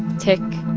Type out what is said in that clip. tick,